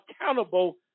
accountable